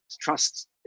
trust